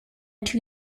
two